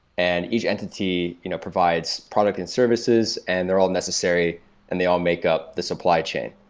and each entity you know provides product and services and they're all necessary and they all make up the supply chain.